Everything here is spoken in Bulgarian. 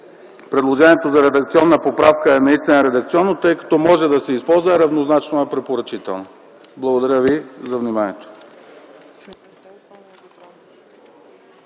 предложението за редакционна поправка е наистина редакционно, тъй като „може да се използва” е равнозначно на „препоръчително”. Благодаря ви за вниманието.